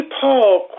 Paul